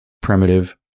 primitive